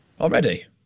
Already